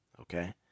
Okay